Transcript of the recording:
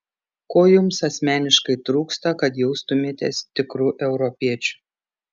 ko jums asmeniškai trūksta kad jaustumėtės tikru europiečiu